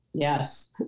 Yes